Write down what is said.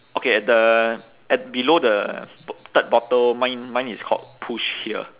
okay at the at below the third bottle mine mine is called push here